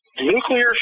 nuclear